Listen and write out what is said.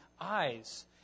eyes